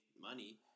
money